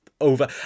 over